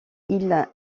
ils